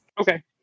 Okay